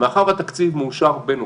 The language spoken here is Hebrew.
ומאחר והתקציב מאושר בנובמבר,